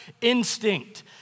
instinct